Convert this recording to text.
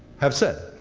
have said?